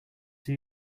see